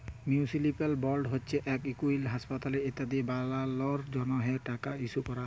municipal board হছে যেট school, হাঁসপাতাল ইত্যাদি বালালর জ্যনহে টাকা ইস্যু ক্যরা হ্যয়